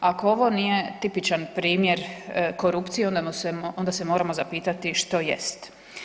Ako ovo nije tipičan primjer korupcije, onda se moramo zapitati što jest.